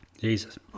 Jesus